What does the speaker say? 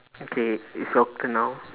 okay it's your turn now